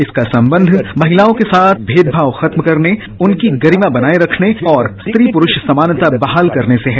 इसका संबंध महिलाओं के साथ भेदभाव खत्म करने उनकी गरिमा बनाये रखने और स्त्री पुरूष समानता बहाल करने से है